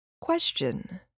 Question